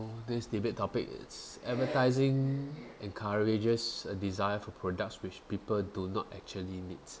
so this debate topic is advertising encourages a desire for products which people do not actually needs